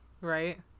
Right